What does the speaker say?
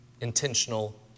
intentional